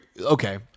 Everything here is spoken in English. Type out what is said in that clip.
Okay